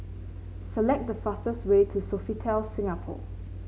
select the fastest way to Sofitel Singapore